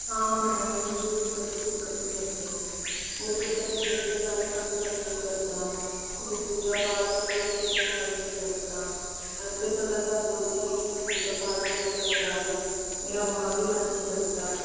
हाँ मेम मुझे ये सभी दिक्कतें होती हैं मुझे कही घूमने जाने का भी मन नहीं करता कोई पूजा पाठ में भी कही मेरा मन नहीं लगता घर पे सब ऐसा बोलते हैं की मैं पूजा पाठ में मन लगा लूँ मेरा वहाँ भी मन नहीं लगता